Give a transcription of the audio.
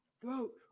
throat